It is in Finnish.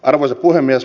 arvoisa puhemies